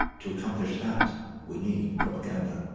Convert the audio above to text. to accomplish that we need propaganda